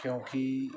ਕਿਉਂਕਿ